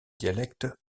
dialectes